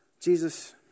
Jesus